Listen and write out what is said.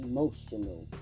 Emotional